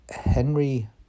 Henry